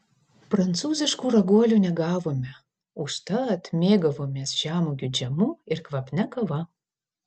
prancūziškų raguolių negavome užtat mėgavomės žemuogių džemu ir kvapnia kava